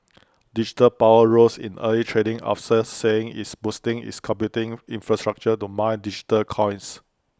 digital power rose in early trading after saying it's boosting its computing infrastructure to mine digital coins